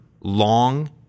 long